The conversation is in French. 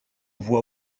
voit